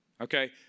okay